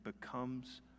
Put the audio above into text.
becomes